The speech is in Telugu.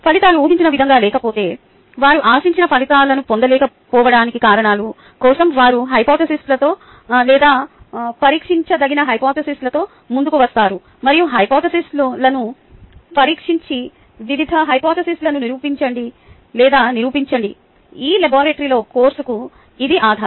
ఫలితాలు ఊహించిన విధంగా లేకపోతే వారు ఆశించిన ఫలితాలను పొందలేకపోవడానికి కారణాల కోసం వారు హైపొథేసిస్లతో లేదా పరీక్షించదగిన హైపొథేసిస్లతో ముందుకు వస్తారు మరియు హైపొథేసిస్లను పరీక్షించి వివిధ హైపొథేసిస్లను నిరూపించండి లేదా నిరూపించండి ఈ లాబరేటరీ కోర్సుకు ఇది ఆధారం